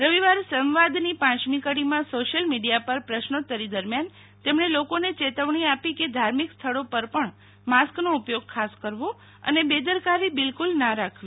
રવિવાર સંવાદની પાંચમી કડીમાં સોશિયલ મીડીયા પર પ્રશ્નોત્તરી દરમિયાન તેમણે લોકોને ચેતવણી આપી કે ધાર્મિક સ્થળો પર પણ માસ્કનો ઉપયોગ ખાસ કરવો અને બેદરકારી બિલકુલ ના રાખવી